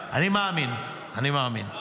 אני מאמין -- לא,